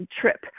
trip